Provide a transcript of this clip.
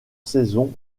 saison